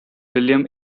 william